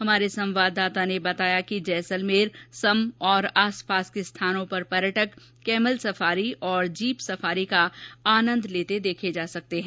हमारे संवाददाता ने बताया कि जैसलमेर सम और आस पास के स्थानों पर पर्यटक कैमल सफारी और जीप सफारी का आनन्द लेते देखे जा सकेते है